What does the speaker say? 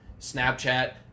Snapchat